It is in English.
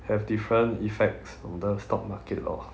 have different effects on the stock market lor